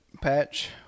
patch